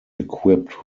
equipped